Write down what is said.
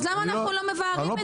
אז למה אנחנו לא מבארים את זה?